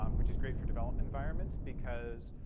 um which is great for development environments because,